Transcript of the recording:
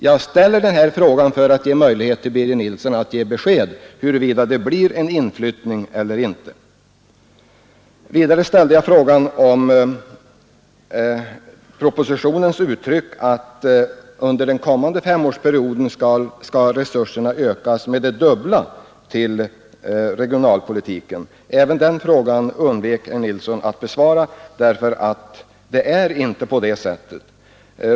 Jag ställer den frågan för att ge Birger Nilsson en möjlighet att ge ett konkret besked om huruvida regeringen planerar för en koncentration till storstäderna eller inte. Vidare ställde jag en fråga om uttalandet på s. 119 i propositionen om att resurserna till regionalpolitiken verkligen skall ökas med det dubbla under den kommande femårsperioden. Även den frågan undvek herr Nilsson att besvara. Det förhåller sig inte på det sättet att resurserna ökas markant.